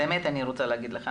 באמת אני רוצה להגיד לך,